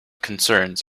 concerns